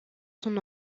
son